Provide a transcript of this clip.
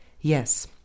yes